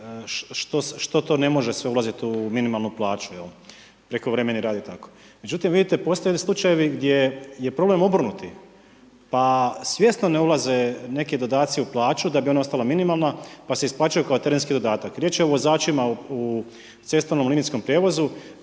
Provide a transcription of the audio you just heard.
što to sve ne može ulaziti u minimalnu plaću, prekovremeni rad i tako. Međutim, vidite postoje slučajevi gdje je problem obrnuti, pa svjesno ne ulaze neki dodaci u plaću da bi ona ostala minimalna, pa se isplaćuje kao terenski dodatak. Riječ je o vozačima u cestovnom linijskom prijevozu